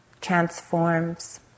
transforms